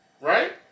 Right